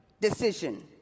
decision